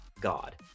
God